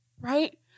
right